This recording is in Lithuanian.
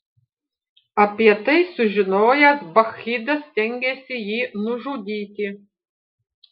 apie tai sužinojęs bakchidas stengėsi jį nužudyti